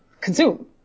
consume